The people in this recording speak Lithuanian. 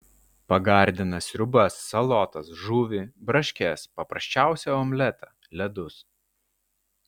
pagardina sriubas salotas žuvį braškes paprasčiausią omletą ledus